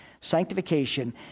Sanctification